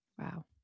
Wow